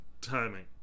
timing